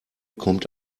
kommt